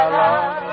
love